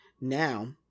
now